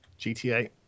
gta